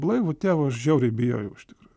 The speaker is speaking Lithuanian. blaivų tėvo aš žiauriai bijojau iš tikrųjų